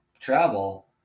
travel